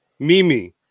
mimi